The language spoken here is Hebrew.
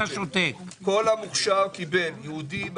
כל המוכש"ר קיבל: יהודים,